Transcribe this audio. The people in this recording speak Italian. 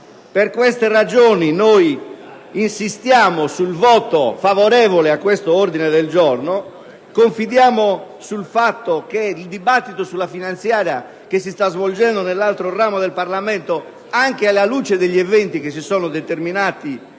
Per queste ragioni, insistiamo sul voto favorevole sull'ordine del giorno G100. Confidiamo che la discussione sulla finanziaria che si sta svolgendo nell'altro ramo del Parlamento, anche alla luce degli eventi che si sono determinati